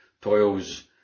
toils